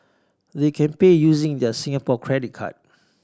they can pay using their Singapore credit card